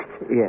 Yes